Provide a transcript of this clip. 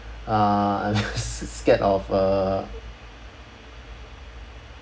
uh I'm scared of uh